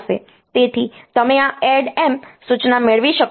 તેથી તમે આ ADD M સૂચના મેળવી શકો છો